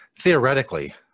theoretically